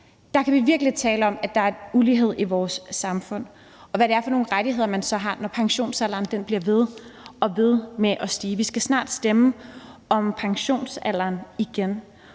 Der kan vi virkelig tale om, at der er en ulighed i vores samfund, i forhold til hvad det er for nogle rettigheder, man så har, når pensionsalderen bliver ved og ved med at stige. Vi skal snart stemme om pensionsalderen igen,